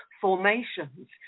formations